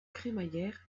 crémaillère